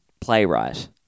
playwright